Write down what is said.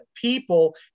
people